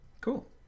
Cool